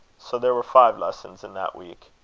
so there were five lessons in that week.